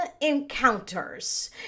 encounters